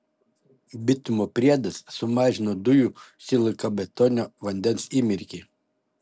bitumo priedas sumažina dujų silikatbetonio vandens įmirkį